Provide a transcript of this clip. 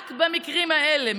רק במקרים האלה,